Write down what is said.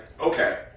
okay